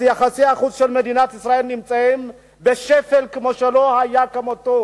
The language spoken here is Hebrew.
יחסי החוץ של מדינת ישראל נמצאים בשפל כמו שלא היה כמותו,